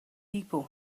people